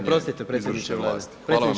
Oprostite predsjedniče Vlade.